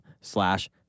slash